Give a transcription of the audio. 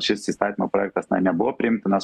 šis įstatymo projektas na nebuvo priimtinas